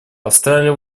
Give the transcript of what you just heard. австралия